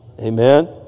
Amen